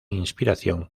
inspiración